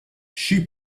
she